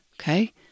Okay